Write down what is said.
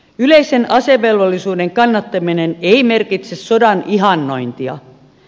yleisen asevelvollisuuden kannattaminen ei merkitse sodan ihannointia